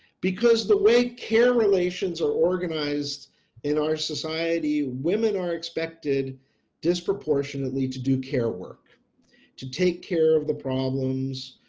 because the way care relations are organized in our society women are expected disproportionately to do care work to take care of the problems,